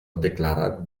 declarat